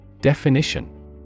Definition